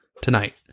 tonight